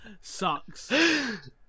Sucks